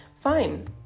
fine